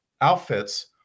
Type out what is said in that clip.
outfits